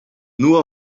nur